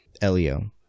Elio